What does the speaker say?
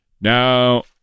Now